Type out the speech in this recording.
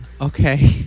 Okay